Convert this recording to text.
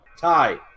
Tie